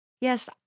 Yes